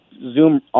zoom